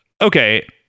okay